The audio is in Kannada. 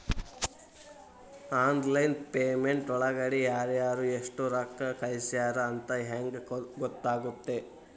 ಆನ್ಲೈನ್ ಪೇಮೆಂಟ್ ಒಳಗಡೆ ಯಾರ್ಯಾರು ಎಷ್ಟು ರೊಕ್ಕ ಕಳಿಸ್ಯಾರ ಅಂತ ಹೆಂಗ್ ಗೊತ್ತಾಗುತ್ತೆ?